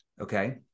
okay